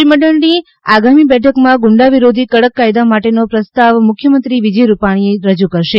મંત્રીમંડળની આગામી બેઠકમાં ગુંડા વિરોધી કડક કાયદા માટેનો પ્રસ્તાવ મુખ્યમંત્રી વિજય રૂપાણી રજુ કરશે